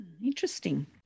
Interesting